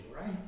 right